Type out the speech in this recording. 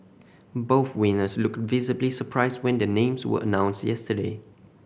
both winners looked visibly surprised when their names were announced yesterday